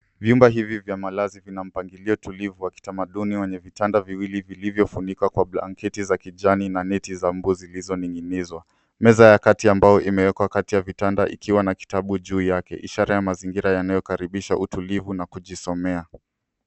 Vyumba hivi vya malazi vina mpangilio tulivu wa kitamaduni wenye vitanda viwili vilivyofunikwa kwa blanketi za kijani na neti za mbu zilizoning'inizwa. Meza ya kati ya mbao imewekwa kati ya vitanda ikiwa na vitabu juu yake ishara ya mazingira yanayokaribisha utulivu na kujisomea.